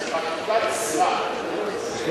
העם, העניין הזה לא, צריך אכיפה ולא צריך חקיקה.